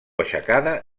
aixecada